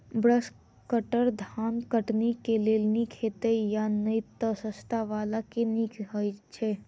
Brush cutter धान कटनी केँ लेल नीक हएत या नै तऽ सस्ता वला केँ नीक हय छै?